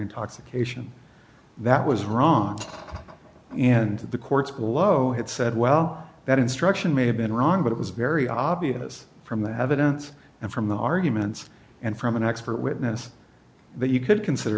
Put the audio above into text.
intoxication that was wrong and the courts below it said well that instruction may have been wrong but it was very obvious from the evidence and from the arguments and from an expert witness that you could consider